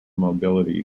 mobility